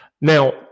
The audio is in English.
Now